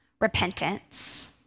repentance